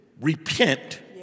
repent